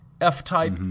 F-Type